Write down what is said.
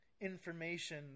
information